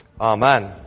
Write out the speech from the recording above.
Amen